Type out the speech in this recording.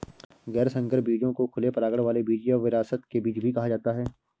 गैर संकर बीजों को खुले परागण वाले बीज या विरासत के बीज भी कहा जाता है